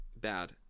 bad